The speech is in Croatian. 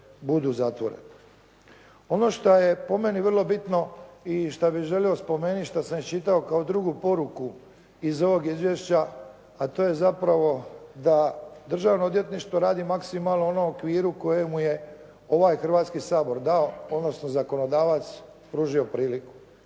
Ono šta je po meni vrlo bitno i šta bi želio spomenuti što sam iščitao kao drugu poruku iz ovog izvješća, a to je zapravo da Državno odvjetništvo radi maksimalno u onom okviru koje mu je ovaj Hrvatski sabor dao, odnosno zakonodavac pružio priliku.